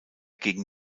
gegen